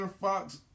Fox